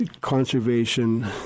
conservation